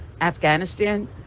Afghanistan